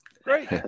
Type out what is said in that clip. Great